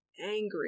angry